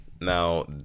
Now